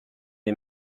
les